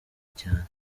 cyane